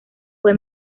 fue